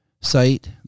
site